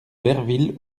berville